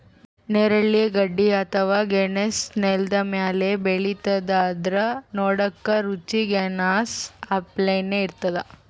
ನೇರಳೆ ಗಡ್ಡಿ ಅಥವಾ ಗೆಣಸ್ ನೆಲ್ದ ಮ್ಯಾಲ್ ಬೆಳಿತದ್ ಆದ್ರ್ ನೋಡಕ್ಕ್ ರುಚಿ ಗೆನಾಸ್ ಅಪ್ಲೆನೇ ಇರ್ತದ್